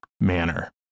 manner